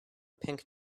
pink